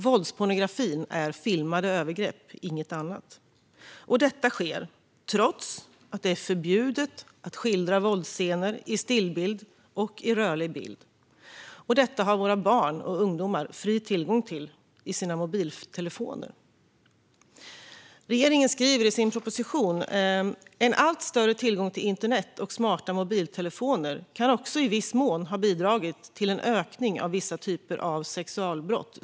Våldspornografin är filmade övergrepp, inget annat, och detta sker trots att det är förbjudet att skildra våldsscener i stillbild och rörlig bild. Detta har våra barn och ungdomar fri tillgång till i sina mobiltelefoner. Regeringen skriver i sin proposition att en allt större tillgång till internet och smarta mobiltelefoner i viss mån kan ha bidragit till en ökning av vissa typer av sexualbrott.